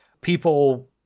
people